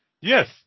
Yes